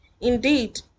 Indeed